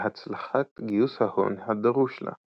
להצלחת גיוס ההון הדרוש לה.